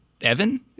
Evan